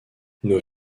nos